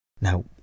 Now